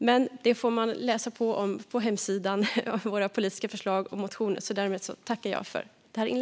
Men man får läsa mer om våra politiska förslag och motioner på vår hemsida.